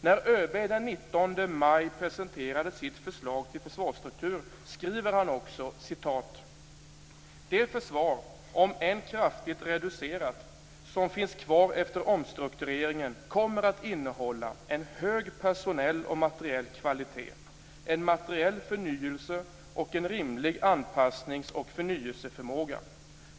När ÖB den 19 maj presenterade sitt förslag till försvarsstruktur skrev han också följande: "Det försvar, om än kraftigt reducerat, som finns kvar efter omstruktureringen kommer att innehålla en hög personell och materiell kvalitet, en materiell förnyelse och en rimlig anpassnings och förnyelseförmåga.